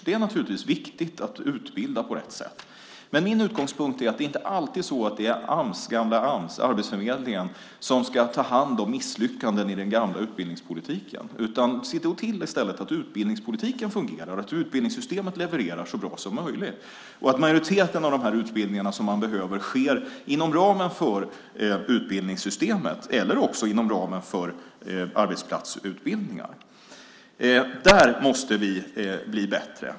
Det är viktigt att utbilda på rätt sätt. Men min utgångspunkt är att det inte alltid är gamla Ams, Arbetsförmedlingen, som ska ta hand om misslyckanden i den gamla utbildningspolitiken. I stället handlar det om att se till att utbildningspolitiken fungerar, att utbildningssystemet levererar så bra som möjligt och att majoriteten av de utbildningar som man behöver sker inom ramen för utbildningssystemet eller inom ramen för arbetsplatsutbildningar. Där måste vi bli bättre.